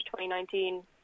2019